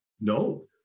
No